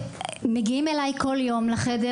מגיעים אליי כל יום לחדר,